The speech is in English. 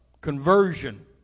Conversion